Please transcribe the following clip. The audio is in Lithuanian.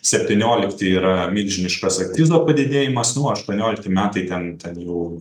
septyniolikti yra milžiniškas akcizo padidėjimas nuo aštuoniolikti metai ten jau